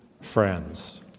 friends